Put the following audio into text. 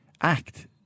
act